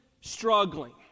struggling